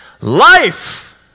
life